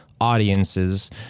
audiences